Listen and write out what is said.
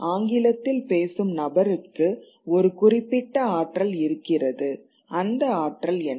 ஆங்கிலத்தில் பேசும் நபருக்கு ஒரு குறிப்பிட்ட ஆற்றல் இருக்கிறது அந்த ஆற்றல் என்ன